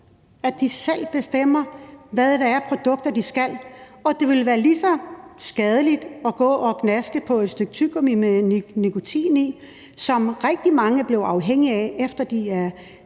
selv. De bestemmer selv, hvad for et produkt de vil bruge. Og det ville være lige så skadeligt at gå og gnaske på et stykke tyggegummi med nikotin i, som rigtig mange er blevet afhængige af, efter de er